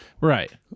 Right